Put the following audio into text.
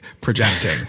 projecting